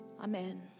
Amen